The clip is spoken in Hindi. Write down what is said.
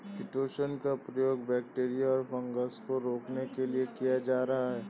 किटोशन का प्रयोग बैक्टीरिया और फँगस को रोकने के लिए किया जा रहा है